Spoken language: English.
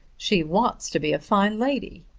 she wants to be a fine lady.